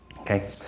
okay